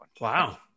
Wow